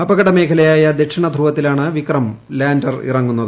അപകട മേഖലയായ ദക്ഷിണ ധ്രുവത്തിലാണ് വിക്രംലാന്റർ ഇറങ്ങുന്നത്